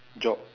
job